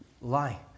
Lie